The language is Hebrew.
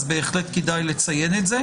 אז בהחלט כדאי לציין את זה.